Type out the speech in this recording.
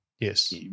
Yes